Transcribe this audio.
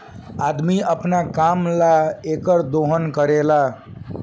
अदमी अपना काम ला एकर दोहन करेला